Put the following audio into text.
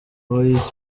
boyz